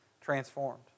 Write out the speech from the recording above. transformed